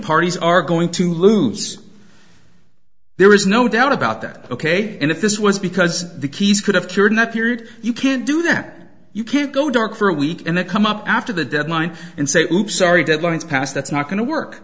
parties are going to loose there is no doubt about that ok and if this was because the keys could have cured that period you can't do that you can't go dark for a week and they come up after the deadline and say whoops sorry deadlines passed that's not going to work